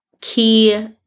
key